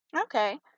okay